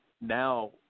now